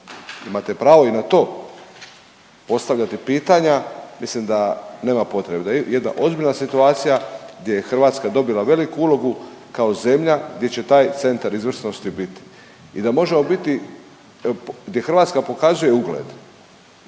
imate pravo i na to postavljati pitanja. Mislim da nema potrebe, da je jedna ozbiljna situacija gdje je Hrvatska dobila veliku ulogu kao zemlja gdje će taj Centar izvrsnosti biti. I da možemo biti, gdje Hrvatska pokazuje ugled